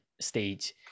stage